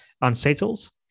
unsettles